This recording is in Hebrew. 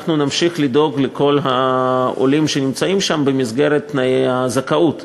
אנחנו נמשיך לדאוג לכל העולים שנמצאים שם במסגרת תנאי הזכאות,